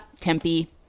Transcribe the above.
tempe